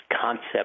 concept